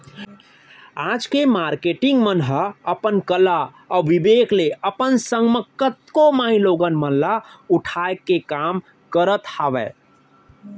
आज के मारकेटिंग मन ह अपन कला अउ बिबेक ले अपन संग म कतको माईलोगिन मन ल उठाय के काम करत हावय